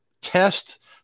test